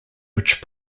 which